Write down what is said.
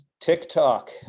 TikTok